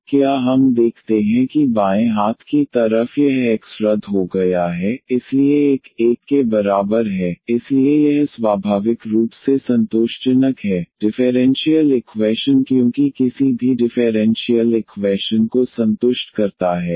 तो क्या हम देखते हैं कि बाएं हाथ की तरफ यह x रद्द हो गया है इसलिए 11 के बराबर है इसलिए यह स्वाभाविक रूप से संतोषजनक है डिफेरेंशीयल इक्वैशन क्योंकि किसी भी ग के लिए जो डिफेरेंशीयल इक्वैशन को संतुष्ट करता है